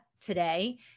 today